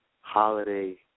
Holiday